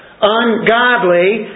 ungodly